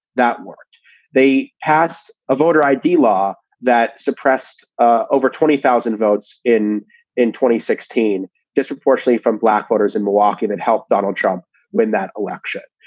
that weren't they passed a voter i d. law that suppressed ah over twenty thousand votes in in twenty sixteen disproportionately from black voters in milwaukee that helped donald trump win that election.